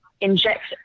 inject